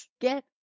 get